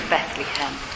Bethlehem